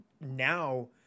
now